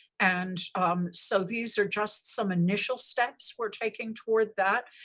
and so these are just some initial steps we're taking towards that.